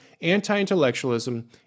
anti-intellectualism